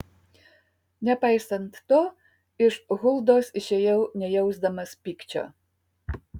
nepaisant to iš huldos išėjau nejausdamas pykčio